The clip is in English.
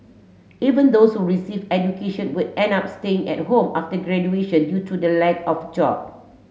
even those who received education would end up staying at home after graduation due to the lack of job